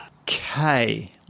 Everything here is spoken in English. okay